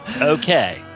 Okay